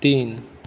तीन